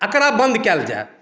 एकरा बन्द कयल जाय